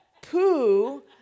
poo